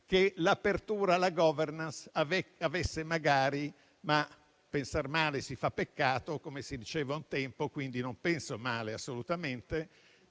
che l'apertura alla *governance* - a pensar male si fa peccato come si diceva un tempo, quindi non penso male assolutamente